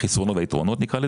נקרא לזה החסרונות והיתרונות,